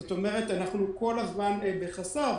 זאת אומרת אנחנו כל הזמן בחסר,